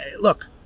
look